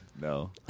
No